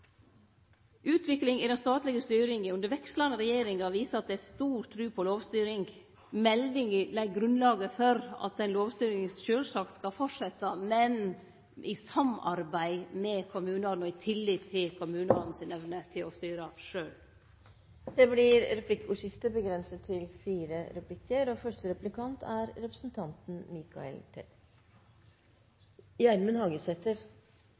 er stor tru på lovstyring. Meldinga legg grunnlaget for at den lovstyringa sjølvsagt skal fortsetje, men i samarbeid med kommunane og med tillit i kommunane si evne til å styre sjølve. Det blir replikkordskifte. Kommunalministeren er oppteken av såkalla rammestyring av kommunane og